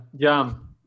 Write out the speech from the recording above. jam